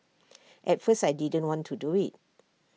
at first I didn't want to do IT